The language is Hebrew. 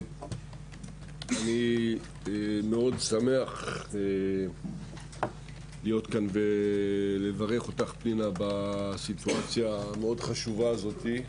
אני מאוד שמח להיות כאן ולברך אותך פנינה בסיטואציה המאוד חשובה הזאת.